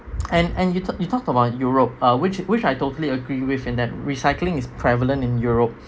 and and you talk you talk about europe uh which which I totally agree with and that recycling is prevalent in europe